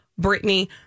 Britney